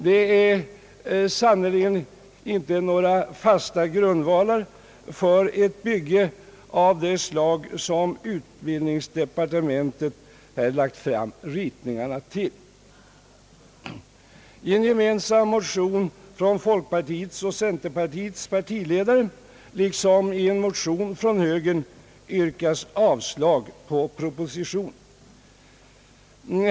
Det är sannerligen inte några fasta grundvalar för ett bygge av det slag som utbildningsdepartementet här lagt fram ritningarna till. I en gemensam motion från folkpartiets och centerpartiets partiledare, liksom i en motion från högern, yrkas avslag på propositionen.